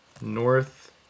North